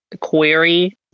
query